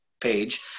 page